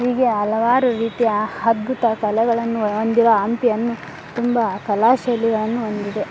ಹೀಗೆ ಹಲವಾರು ರೀತಿ ಅದ್ಭುತ ಕಲೆಗಳನ್ನು ಹೊಂದಿದ್ದ ಹಂಪಿಯನ್ನು ತುಂಬ ಕಲಾಶೈಲಿಗಳನ್ನು ಹೊಂದಿದೆ